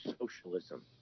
socialism